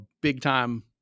big-time